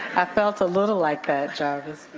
i felt a little like that, jarvis.